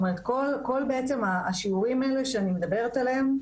כל השיעורים האלה שאני מדברת עליהן,